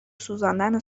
سوزاندن